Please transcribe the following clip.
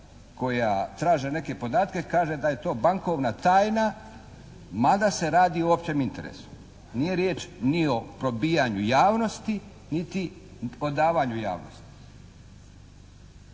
koja traže neke podatke kaže da je to bankovna tajna mada se radi o općem interesu. Nije riječ ni o probijanju javnosti niti odavanju javnosti.